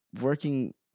working